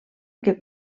que